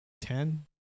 Ten